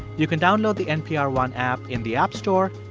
you can download the npr one app in the app store.